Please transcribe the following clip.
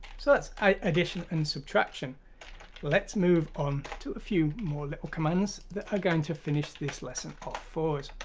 so that's addition and subtraction let's move on to a few more little commands that are going to finish this lesson off for us!